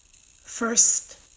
First